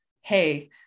Hey